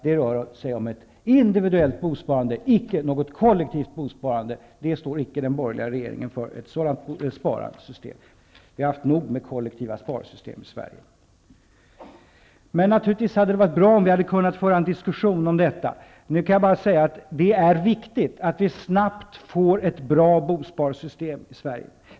Det rör sig om ett individuellt bosparande, icke något kollektivt bosparande -- ett sådant sparsystem står icke den borgerliga regeringen för. Vi har haft nog med kollektiva sparsystem i Sverige. Det hade naturligtvis varit bra om vi hade kunnat föra en diskussion om detta. Nu kan jag bara säga att det är viktigt att vi snabbt får ett bra bosparsystem i Sverige.